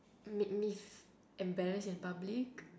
make me f~ embarrass in public